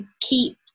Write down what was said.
keep